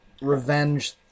revenge